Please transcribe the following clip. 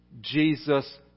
Jesus